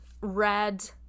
red